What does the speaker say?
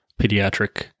pediatric